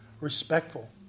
respectful